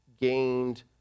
gained